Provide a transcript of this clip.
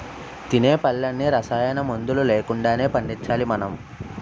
తినే పళ్ళన్నీ రసాయనమందులు లేకుండానే పండించాలి మనం